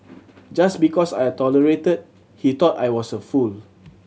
just because I tolerated he thought I was a fool